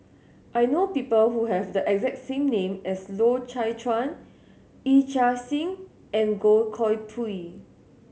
I know people who have the exact same name as Loy Chye Chuan Yee Chia Hsing and Goh Koh Pui